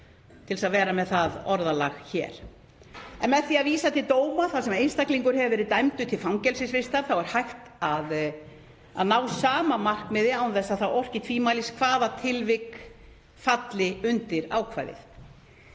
til að vera með það orðalag hér. — „Með því að vísa til dóma þar sem einstaklingur hefur verið dæmdur til fangelsisvistar er hægt að ná sama markmiði án þess að það orki tvímælis hvaða tilvik falli undir ákvæðið.